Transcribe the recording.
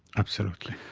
absolutely.